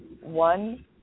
one